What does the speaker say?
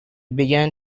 began